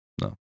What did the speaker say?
no